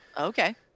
okay